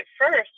first